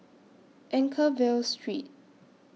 Anchorvale Street